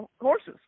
horses